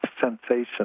sensation